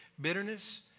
Bitterness